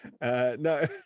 No